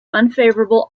unfavourable